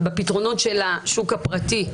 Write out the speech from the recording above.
בפתרונות של השוק הפרטי.